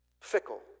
fickle